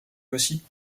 aussi